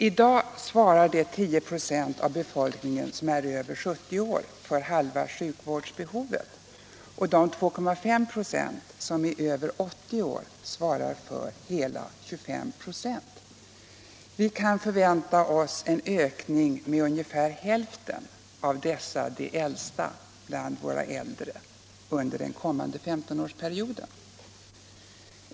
I dag svarar de 10 96 av befolkningen som är över 70 år för halva sjukvårdsbehovet. De 2,5 926 som är över 80 år svarar för hela 25 96. Vi kan förvänta oss en ökning med ungefär hälften av dessa de äldsta bland våra äldre under den kommande 15-årsperioden.